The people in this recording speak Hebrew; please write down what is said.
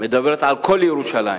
מדברת על כל ירושלים,